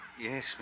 Yes